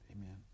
Amen